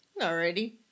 Alrighty